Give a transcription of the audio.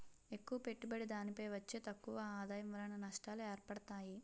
ఎక్కువ పెట్టుబడి దానిపై వచ్చే తక్కువ ఆదాయం వలన నష్టాలు ఏర్పడతాయి